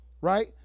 right